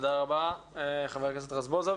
תודה רבה, חבר הכנסת רזבוזוב.